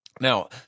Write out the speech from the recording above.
Now